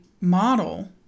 model